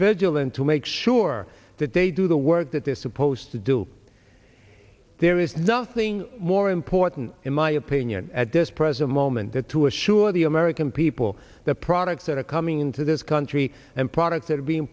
vergil and to make sure that they do the work that they're supposed to do there is nothing more important in my opinion at this present moment that to assure the american people the products that are coming into this country and products that are being